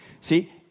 See